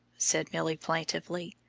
said milly plaintively.